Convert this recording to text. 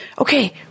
okay